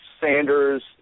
Sanders